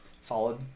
solid